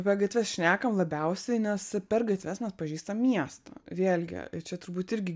apie gatves šnekam labiausiai nes per gatves mes pažįstam miestą vėlgi čia turbūt irgi